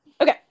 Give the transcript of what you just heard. Okay